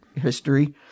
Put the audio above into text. history